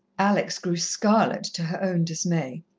alex grew scarlet, to her own dismay.